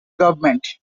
government